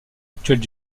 actuelle